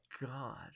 God